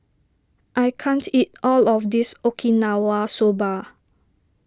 I can't eat all of this Okinawa Soba